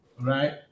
right